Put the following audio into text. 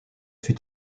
fut